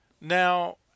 Now